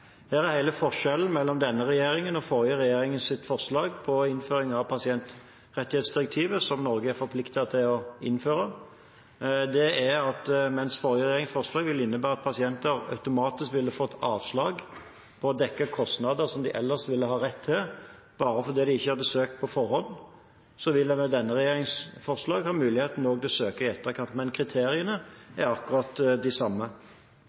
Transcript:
er hele forskjellen mellom denne regjeringens og den forrige regjeringens forslag om innføring av pasientrettighetsdirektivet, som Norge er forpliktet til å innføre. Mens den forrige regjeringens forslag ville innebære at pasienter automatisk ville fått avslag og måtte ha dekket kostnader som de ellers ville hatt rett til, bare fordi de ikke hadde søkt på forhånd, vil man med denne regjeringens forslag ha mulighet til å søke i etterkant. Men kriteriene er akkurat de samme.